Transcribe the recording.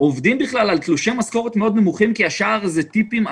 עובדים בכלל על תלושי משכורת מאוד נמוכים כי השאר זה טיפים.